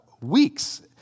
weeks